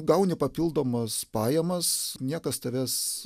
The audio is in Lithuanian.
gauni papildomas pajamas niekas tavęs